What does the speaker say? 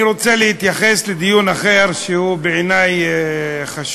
אני רוצה להתייחס לדיון אחר, שהוא בעיני חשוב,